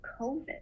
COVID